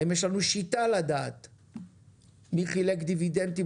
האם יש לנו שיטה לדעת מי חילק דיבידנדים